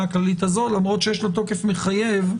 הכללית הזו למרות שיש לה תוקף מחייב,